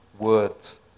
words